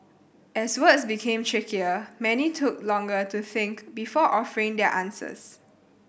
as words became trickier many took longer to think before offering their answers